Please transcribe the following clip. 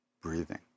breathing